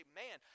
man